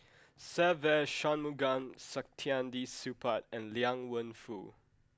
Se Ve Shanmugam Saktiandi Supaat and Liang Wenfu